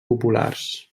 populars